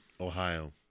Ohio